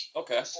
okay